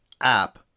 app